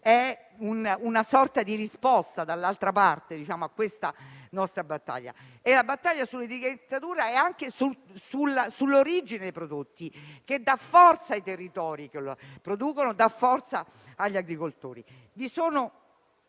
è una sorta di risposta, dall'altra parte, a questa nostra battaglia, che non è solo sull'etichettatura, ma anche sull'origine dei prodotti, che dà forza ai territori che li producono e agli agricoltori.